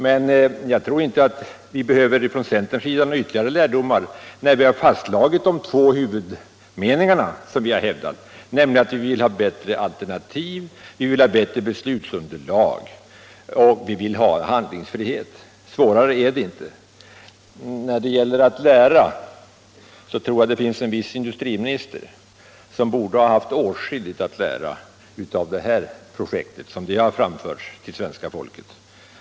Men jag tror inte att vi från centerns sida behöver några ytterligare lärdomar när vi har fastslagit de två huvudmeningarna som vi har hävdat, nämligen att vi vill ha bättre alternativ, bättre beslutsunderlag, och att vi vill ha handlingsfrihet. Svårare är det inte. När det gäller att lära tror jag det finns en viss industriminister som borde ha haft åtskilligt att lära av det här projektet, som det har presenterats för svenska folket.